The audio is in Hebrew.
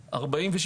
46%,